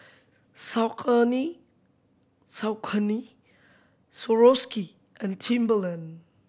Saucony Swarovski and Timberland